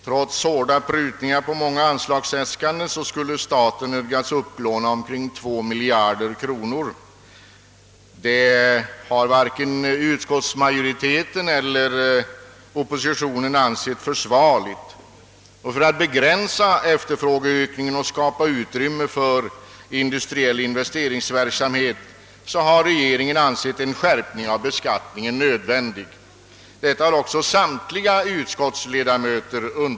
Trots hårda prutningar på många anslagsäskanden har statens upplåningsbehov beräknats till omkring 2 miljarder kronor, och en sådan upplåning har varken utskottsmajoriteten eller oppositionen funnit försvarlig. För att begränsa efterfrågeökningen och skapa utrymme för industriell investering har regeringen ansett en skärpning av beskattningen nödvändig, och det har också samtliga utskottsledamöter varit eniga om.